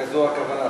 הרי זו הכוונה,